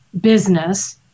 business